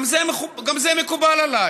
גם זה מקובל עליי.